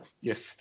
Yes